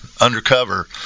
undercover